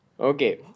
Okay